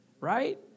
Right